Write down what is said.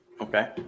Okay